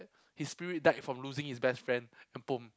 his spirit died from losing his best friend then